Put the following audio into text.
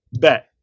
bet